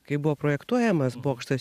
kaip buvo projektuojamas bokštas